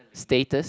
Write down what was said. status